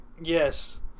Yes